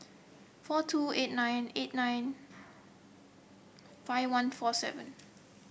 four two eight nine eight nine five one four seven